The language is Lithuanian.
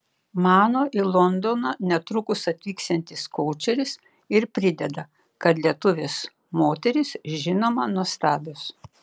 mano į londoną netrukus atvyksiantis koučeris ir prideda kad lietuvės moterys žinoma nuostabios